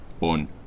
on